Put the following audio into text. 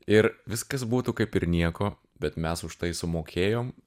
ir viskas būtų kaip ir nieko bet mes už tai sumokėjom